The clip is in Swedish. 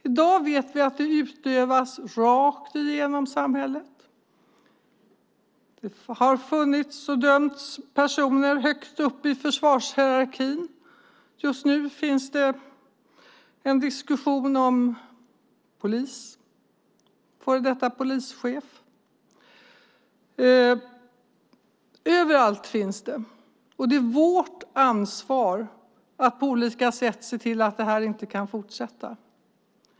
I dag vet vi att det utövas rakt igenom samhället. Det har dömts personer högt upp i försvarshierarkin. Just nu finns en diskussion om en polis, före detta polischef. Överallt finns det, och det är vårt ansvar att på olika sätt se till att det här inte kan fortsätta.